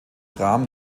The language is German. gram